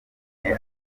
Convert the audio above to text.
ariko